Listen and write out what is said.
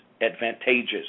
advantageous